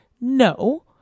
no